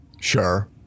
Sure